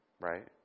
right